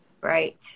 Right